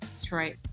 Detroit